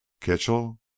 Kitchell